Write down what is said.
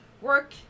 work